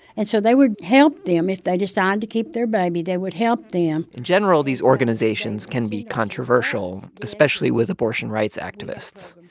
and so they would help them. if they decided to keep their baby, they would help them in general, these organizations can be controversial, especially with abortion rights activists.